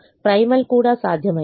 primal కూడా సాధ్యమైంది